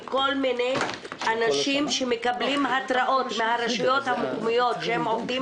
מכל מיני אנשים שמקבלים התרעות מן הרשויות המקומיות שבהן הם עובדים